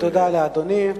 תודה לאדוני.